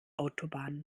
autobahn